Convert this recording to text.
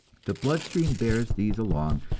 the blood-stream bears these along,